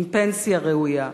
עם פנסיה ראויה,